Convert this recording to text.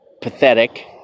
pathetic